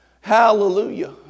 Hallelujah